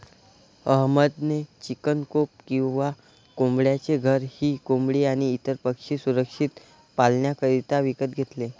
अहमद ने chicken coop किंवा कोंबड्यांचे घर ही कोंबडी आणी इतर पक्षी सुरक्षित पाल्ण्याकरिता विकत घेतले